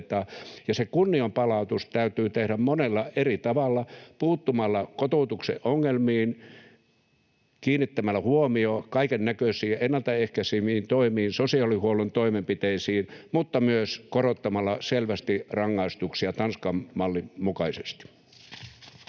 kunnianpalautus täytyy tehdä monella eri tavalla: puuttumalla kotoutuksen ongelmiin, kiinnittämällä huomiota kaikennäköisiin ennaltaehkäiseviin toimiin ja sosiaalihuollon toimenpiteisiin mutta myös korottamalla selvästi rangaistuksia Tanskan mallin mukaisesti.